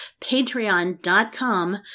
patreon.com